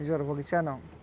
ନିଜର୍ ବଗିଚାନ